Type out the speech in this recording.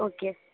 okay